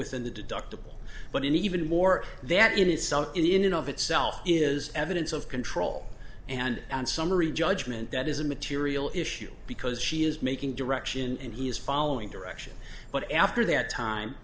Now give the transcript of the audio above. deductible but even more that in itself in and of itself is evidence of control and on summary judgment that is a material issue because she is making direction and he is following direction but after that time